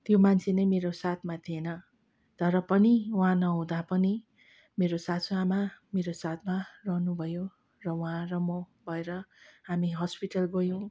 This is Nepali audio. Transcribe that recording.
त्यो मान्छे नै मेरो साथमा थिएन तर पनि उहाँ नहुँदा पनि मेरो सासु आमा मेरो साथमा रहनु भयो र उहाँ र म भएर हामी हस्पिटल गयौँ